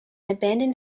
abandoned